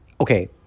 Okay